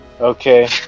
Okay